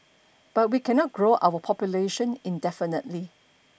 but we cannot grow our population indefinitely